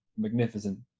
magnificent